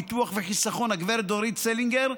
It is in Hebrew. ביטוח וחיסכון הגב' דורית סלינגר,